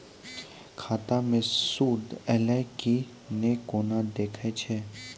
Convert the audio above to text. खाता मे सूद एलय की ने कोना देखय छै?